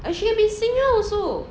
she can be singer also